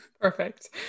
Perfect